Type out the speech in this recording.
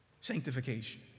sanctification